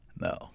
no